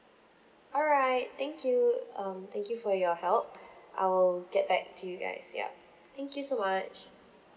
alright thank you um thank you for your help I'll get back to you guys yup thank you so much